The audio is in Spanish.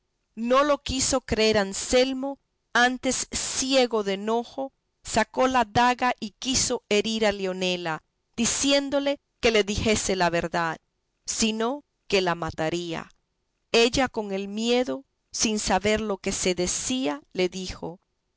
no lo quiso creer anselmo antes ciego de enojo sacó la daga y quiso herir a leonela diciéndole que le dijese la verdad si no que la mataría ella con el miedo sin saber lo que se decía le dijo